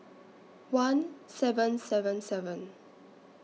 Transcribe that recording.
one seven seven seven